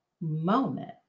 moment